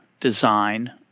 design